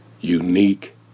unique